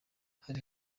hari